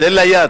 תן לה יד.